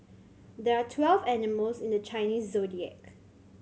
there are twelve animals in the Chinese Zodiac